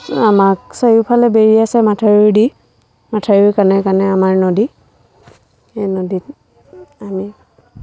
আমাক চাৰিওফালে বেৰি আছে মথাউৰিয়েদি মথাউৰিৰ কাণে কাণে আমাৰ নদী সেই নদীত আমি